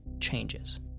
changes